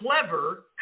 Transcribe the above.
clever